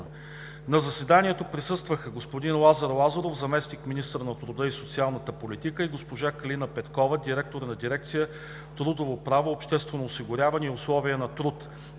На заседанието присъстваха господин Лазар Лазаров – заместник-министър на труда и социалната политика, и госпожа Калина Петкова – директор на дирекция „Трудово право, обществено осигуряване и условия на труд“